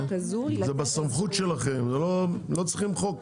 זה בסמכות שלכם ולא צריכים חוק.